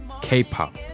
K-pop